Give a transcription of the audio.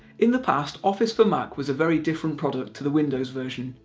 in the past, office for mac was a very different product to the windows version,